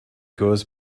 goes